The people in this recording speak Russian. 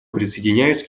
присоединяюсь